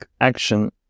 action